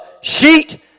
sheet